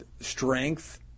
strength